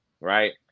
right